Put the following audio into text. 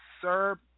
sir